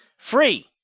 Free